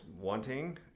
wanting